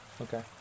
Okay